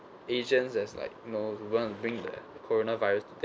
asians is like you know the one who bring the corona virus to